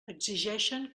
exigeixen